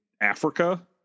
Africa